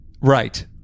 Right